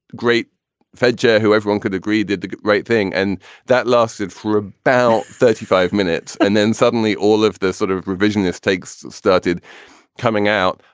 great fed chair who everyone could agree. did the right thing. and that lasted for about thirty five minutes. and then suddenly all of this sort of revisionist takes started coming out.